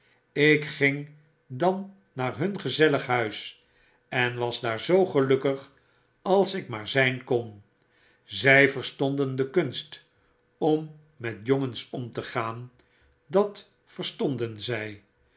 ik ging dan naar hun gezellig huis en was daar zoo gelukkig als ik maar zijn kon zy verstonden de kunst om met jongens om te gaan dat verstonden gg